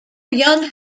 young